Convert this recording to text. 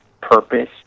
purpose